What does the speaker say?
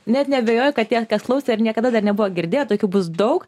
net neabejoju kad tie kas klausė ir niekada dar nebuvo girdėję tokių bus daug